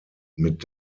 mit